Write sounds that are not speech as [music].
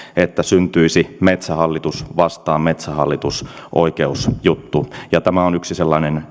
että syntyisi metsähallitus vastaan metsähallitus oikeusjuttu [unintelligible] ja tämä on yksi sellainen